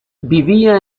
vivía